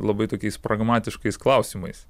labai tokiais pragmatiškais klausimais